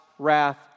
wrath